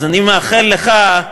אז אני מאחל לך,